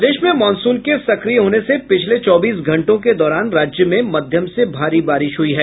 प्रदेश में मॉनसून के सक्रिय होने से पिछले चौबीस घंटों के दौरान राज्य में मध्यम से भारी बारिश हुई है